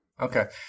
Okay